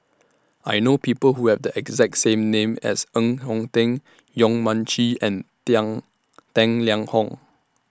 I know People Who Have The exact same name as Ng Eng Teng Yong Mun Chee and Tang Liang Hong